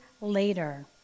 later